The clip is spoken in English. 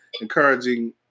encouraging